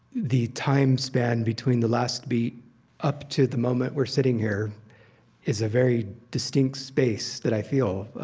the time span between the last beat up to the moment we're sitting here is a very distinct space that i feel.